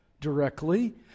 directly